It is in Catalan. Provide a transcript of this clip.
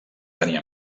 tenir